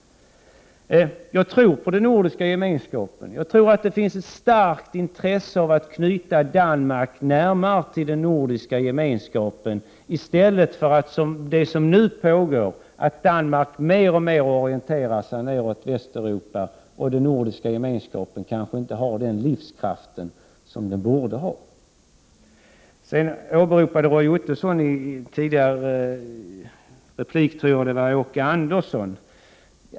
Jag tror på den nordiska gemenskapen, på att det finns ett starkt intresse av att knyta Danmark närmare till den nordiska gemenskapen, i stället för att Danmark, som nu, mer och mer orienterar sig neråt Västeuropa och att den nordiska gemenskapen därmed inte har den livskraft som den borde ha. Roy Ottosson åberopade i en tidigare replik Åke Andersson.